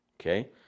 okay